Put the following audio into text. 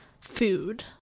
food